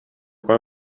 qual